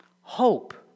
Hope